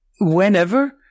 whenever